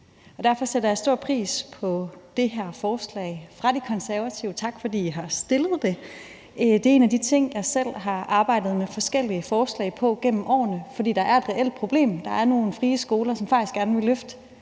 Derfor sætter jeg stor pris på det her forslag fra De Konservative. Tak, fordi I har fremsat det. Det er en af de ting, jeg selv har arbejdet med forskellige forslag til gennem årene, for der er et reelt problem. Der er nogle frie skoler, som faktisk gerne vil løfte